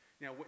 Now